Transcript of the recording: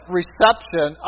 reception